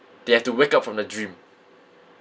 they have to wake up from the dream